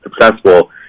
successful